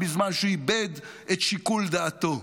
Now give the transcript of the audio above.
ובזמן שהוא איבד את שיקול דעתו.